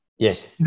Yes